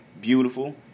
beautiful